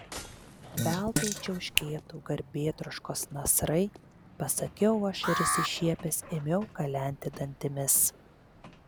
veltui čiauškėtų garbėtroškos nasrai pasakiau aš ir išsišiepęs ėmiau kalenti dantimis